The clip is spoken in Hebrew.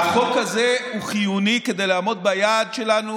החוק הזה הוא חיוני כדי לעמוד ביעד שלנו